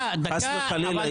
חס וחלילה,